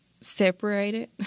separated